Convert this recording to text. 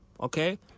Okay